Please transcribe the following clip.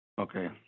okay